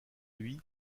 lui